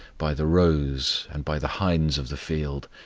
by the roes, and by the hinds of the field,